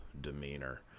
demeanor